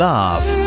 Love